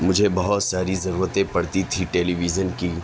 مجھے بہت ساری ضرورتیں پڑتی تھیں ٹیلی ویژن کی